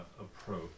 approach